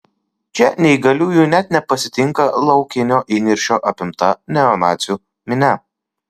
čia neįgaliųjų net nepasitinka laukinio įniršio apimta neonacių minia